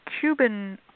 Cuban